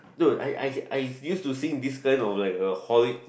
no I I I use to sing this kind of like a holick